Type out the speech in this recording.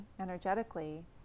energetically